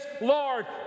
Lord